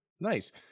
Nice